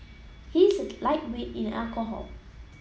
he is a lightweight in alcohol